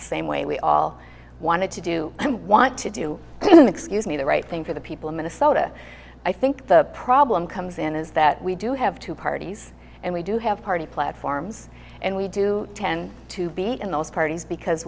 the same way we all wanted to do want to do excuse me the right thing for the people of minnesota i think the problem comes in is that we do have two parties and we do have party platforms and we do tend to be in those parties because